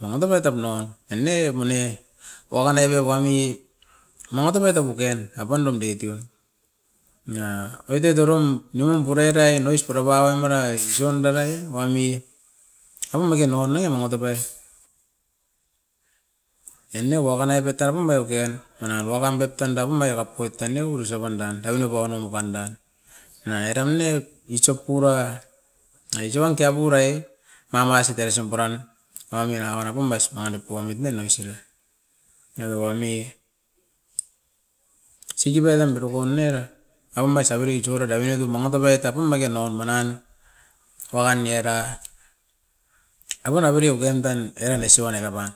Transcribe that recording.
rangatap ai tap noan e ne omain e wakan noive wami mama top oi tapuken. Apandan diki teo nanga oit oit eraun nimunum purei orain ois pura paua merai isou andan nai wami apum makin avat noi ama top ai, e ne wakan aibit tapum baiokian manan waka pam bip tanda pun maiakap oit tan ne uruse pandan. Tabin ne poanomo pandan, nanga eram ne isop pura isouan te apurai mamasit era ision puran wami era pura pum bais mangi nip poemit nen ois era. Era wami siki peotum nero kain ne, apam ais abiruts oira avere tum mangatop oit apum magean naon manan, wakan ni era, apan abori au tandan eran ausi wan era pan.